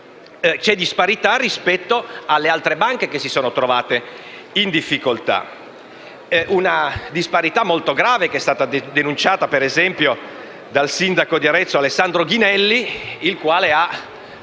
la disparità di trattamento con le altre banche che si sono trovate in difficoltà; una disparità molto grave, denunciata, per esempio, dal sindaco di Arezzo Alessandro Ghinelli, il quale ha